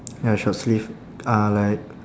ya short sleeve uh like